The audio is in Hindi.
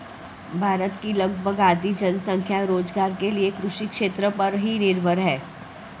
भारत की लगभग आधी जनसंख्या रोज़गार के लिये कृषि क्षेत्र पर ही निर्भर है